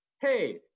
Hey